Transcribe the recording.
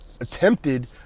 attempted